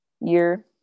year